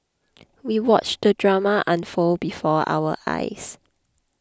we watched the drama unfold before our eyes